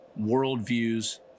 worldviews